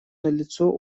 налицо